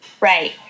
Right